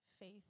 faith